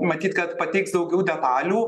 matyt kad pateiks daugiau detalių